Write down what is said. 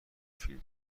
فیلم